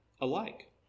alike